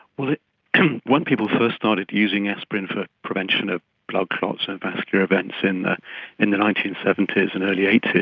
well, when people first started using aspirin for prevention of blood clots and vascular events in in the nineteen seventy s and early zero eight